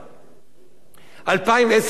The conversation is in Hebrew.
2010 ו-2011,